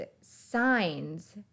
signs